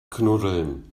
knuddeln